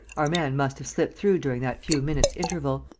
our man must have slipped through during that few minutes' interval.